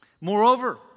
Moreover